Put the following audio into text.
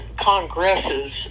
congresses